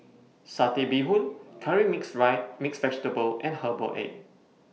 Satay Bee Hoon Curry Mixed Vegetable and Herbal Egg